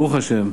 ברוך השם,